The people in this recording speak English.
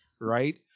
Right